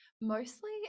Mostly